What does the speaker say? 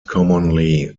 commonly